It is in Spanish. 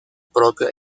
propio